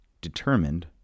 Determined